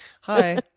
Hi